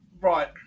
right